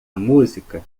música